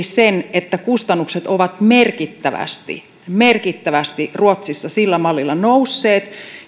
sen että kustannukset ovat merkittävästi merkittävästi ruotsissa sillä mallilla nousseet